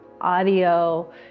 audio